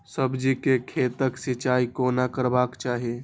सब्जी के खेतक सिंचाई कोना करबाक चाहि?